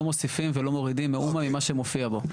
מוסיפים ולא מורידים מאומה ממה שמופיע בו.